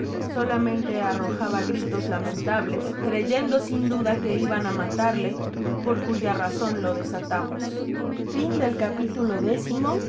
solamente arrojaba gritos lamentables creyendo sin duda que iban á matarle por cuya razon lo desatamos